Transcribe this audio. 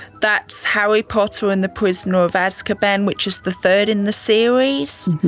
that's harry potter and the prisoner of azkaban, which is the third in the series,